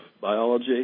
biology